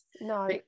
no